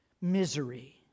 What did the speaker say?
Misery